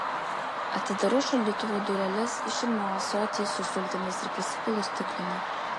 atidarau šaldytuvo dureles išimu ąsotį su sultimis ir prisipilu stiklinę